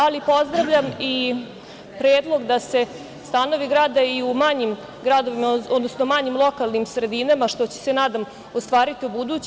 Ali, pozdravljam i predlog da se stanovi grade u manjim gradovima, odnosno manjim lokalnim sredinama, što će se, nadam se, ostvariti ubuduće.